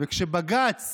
ובג"ץ